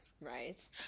right